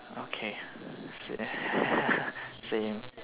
okay same same